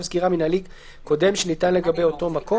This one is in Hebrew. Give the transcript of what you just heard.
שלאחר תום תקופת תוקפו של צו סגירה מינהלי קודם שניתן לגבי אותו מקום,